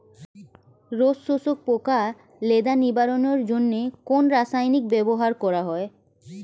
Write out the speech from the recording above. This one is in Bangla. রস শোষক পোকা লেদা নিবারণের জন্য কোন রাসায়নিক ব্যবহার করা হয়?